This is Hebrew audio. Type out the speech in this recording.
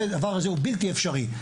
הדבר הזה הוא בלתי אפשרי,